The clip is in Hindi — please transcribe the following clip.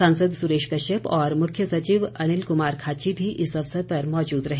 सांसद सुरेश कश्यप और मुख्य सचिव अनिल कुमार खाची भी इस अवसर पर मौजूद रहे